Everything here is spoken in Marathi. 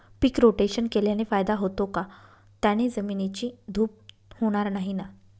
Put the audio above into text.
पीक रोटेशन केल्याने फायदा होतो का? त्याने जमिनीची धूप होणार नाही ना?